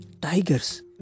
tigers